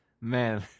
man